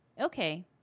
Okay